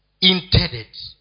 intended